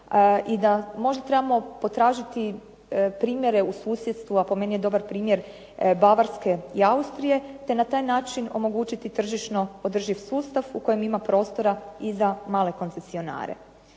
možda trebamo potražiti primjere u susjedstvu, a po meni je dobar primjer Bavarske i Austrije, te na taj način omogućiti tržišno održiv sustav u kojem ima prostora i za male koncesionare.